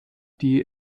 die